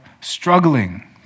struggling